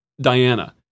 Diana